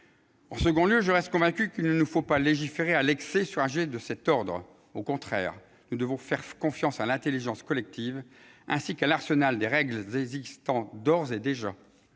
En second lieu, je reste convaincu qu'il ne nous faut pas légiférer à l'excès sur un sujet de cet ordre. Au contraire, nous devons faire confiance à l'intelligence collective, ainsi qu'à l'arsenal des règles existant d'ores et déjà.